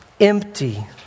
empty